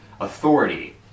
authority